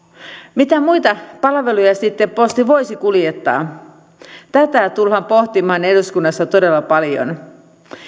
mitä muita palveluja sitten posti voisi kuljettaa tätä tullaan pohtimaan eduskunnassa todella paljon